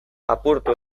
apurtu